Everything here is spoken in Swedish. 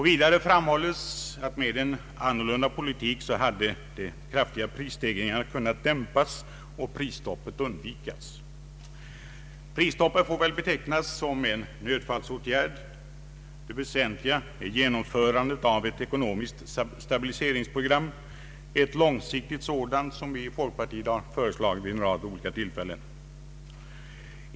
Vidare framhålles att med en annorlunda politik hade de kraftiga prisstegringarna kunnat dämpas och prisstoppet undvikas. Prisstoppet får väl betecknas som en nödfallsåtgärd. Det väsentliga är genomförandet av ett ekonomiskt stabiliseringsprogram, ett långsiktigt sådant, som vi från folkpartiets sida föreslagit vid en rad olika tillfällen.